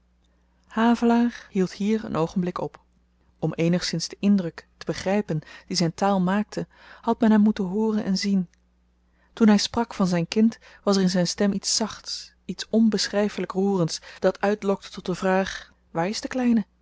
havelaar hield hier een oogenblik op om eenigszins den indruk te begrypen dien zyn taal maakte had men hem moeten hooren en zien toen hy sprak van zyn kind was er in zyn stem iets zachts iets onbeschryfelyk roerends dat uitlokte tot de vraag waar is de kleine